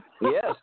Yes